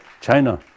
China